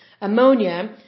ammonia